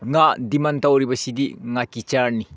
ꯉꯥ ꯗꯤꯃꯥꯟ ꯇꯧꯔꯤꯕꯁꯤꯗꯤ ꯉꯥꯀꯤꯆꯥꯔꯅꯤ